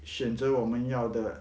选择我们要的